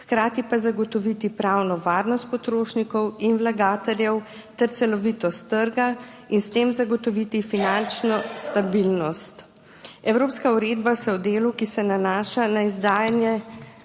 hkrati pa zagotoviti pravno varnost potrošnikov in vlagateljev ter celovitost trga in s tem zagotoviti finančno stabilnost. Evropska uredba se v delu, ki se nanaša na izdajanje